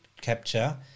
capture